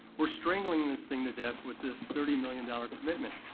we're strangling this thing to death with this thirty million dollars commitment.